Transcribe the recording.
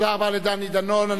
תודה רבה לדני דנון.